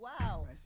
Wow